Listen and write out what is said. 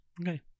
Okay